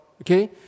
Okay